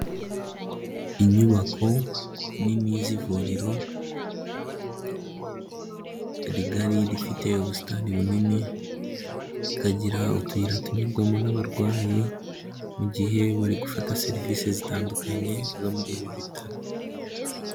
Inyubako nini z'ivuriro rigari rifite ubusitani bunini, rikagira utuyira tunyurwamo n'abarwayi mu gihe bari gufata serivisi zitandukanye zo muri ibi bitaro.